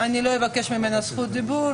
אני לא אבקש עליה זכות דיבור,